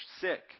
sick